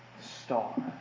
star